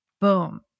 boom